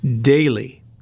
daily